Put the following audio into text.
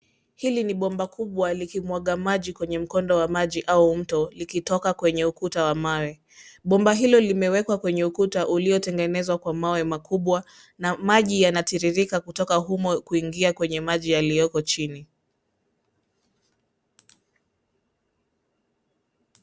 Hili ni bomba kubwa likimwagwa maji kwenye mkondo wa maji au mto likitoka kwenye ukuta wa mawe. Bomba hilo limewekwa kwenye ukuta uliotengenezwa kwa mawe makubwa na maji yanatiririka kutoka humo kuingia kwenye maji yaliyoko chini.